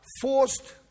forced